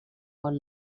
bon